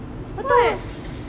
kau tahu